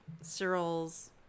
cyril's